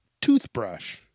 toothbrush